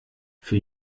für